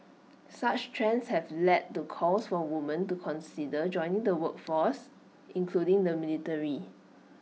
such trends have led to calls so women to consider joining the workforce including the military